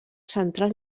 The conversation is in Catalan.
central